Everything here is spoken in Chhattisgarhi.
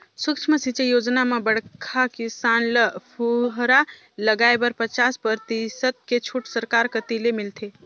सुक्ष्म सिंचई योजना म बड़खा किसान ल फुहरा लगाए बर पचास परतिसत के छूट सरकार कति ले मिलथे